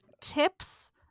tips